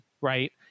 right